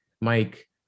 Mike